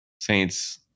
Saints